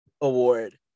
award